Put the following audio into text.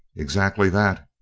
exactly that.